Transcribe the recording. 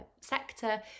sector